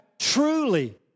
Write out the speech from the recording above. truly